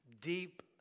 deep